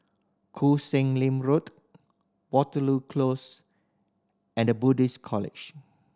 Koh Sek Lim Road Waterloo Close and The Buddhist College